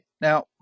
Now